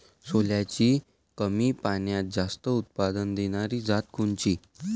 सोल्याची कमी पान्यात जास्त उत्पन्न देनारी जात कोनची?